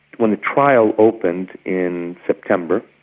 when the trial opened in september,